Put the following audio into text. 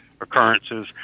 occurrences